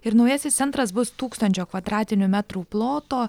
ir naujasis centras bus tūkstančio kvadratinių metrų ploto